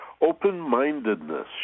Open-mindedness